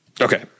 Okay